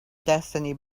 destiny